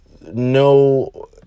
no